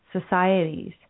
societies